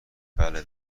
بله